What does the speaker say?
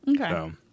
Okay